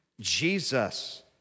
Jesus